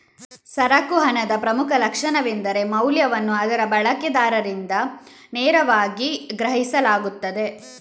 ಸರಕು ಹಣದ ಪ್ರಮುಖ ಲಕ್ಷಣವೆಂದರೆ ಮೌಲ್ಯವನ್ನು ಅದರ ಬಳಕೆದಾರರಿಂದ ನೇರವಾಗಿ ಗ್ರಹಿಸಲಾಗುತ್ತದೆ